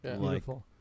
Beautiful